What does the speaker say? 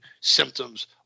symptoms